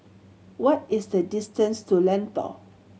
what is the distance to Lentor